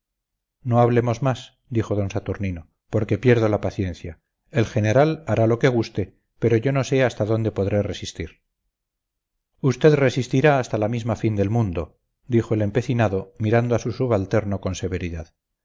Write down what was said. no hablemos más dijo d saturnino porque pierdo la paciencia el general hará lo que guste pero yo no sé hasta dónde podré resistir usted resistirá hasta la misma fin del mundo dijo el empecinado mirando a su subalterno con severidad